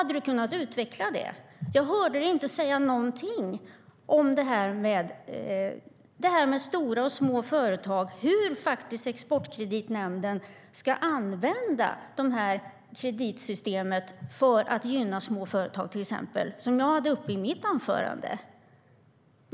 Men jag hörde dig inte säga någonting om stora och små företag och om hur Exportkreditnämnden ska använda kreditsystemet för att gynna till exempel småföretag. Det tog jag upp i mitt anförande.